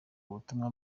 ubutumwa